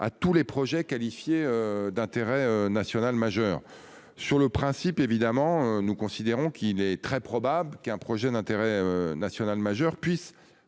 à tous les projets qualifiés d'intérêt national majeur sur le principe évidemment, nous considérons qu'il est très probable qu'un projet d'intérêt national majeur puisse